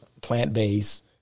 plant-based